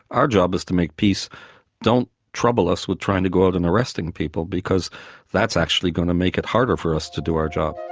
our job is to make peace don't trouble us with trying to go out and arrest any people because that's actually going to make it harder for us to do our job.